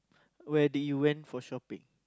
where do you went for shopping